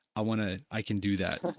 i want to, i can do that.